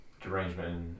derangement